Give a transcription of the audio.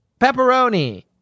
Pepperoni